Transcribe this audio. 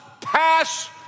pass